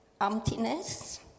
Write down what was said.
emptiness